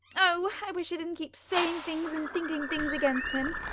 oh! i wish i didn't keep saying things and thinking things against him.